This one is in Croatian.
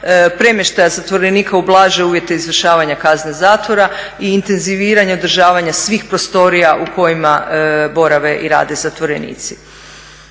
premještaja zatvorenika u blaže uvjete izvršavanja kazne zatvora i intenziviranja i održavanja svih prostorija u kojima borave i rade zatvorenici.